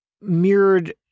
mirrored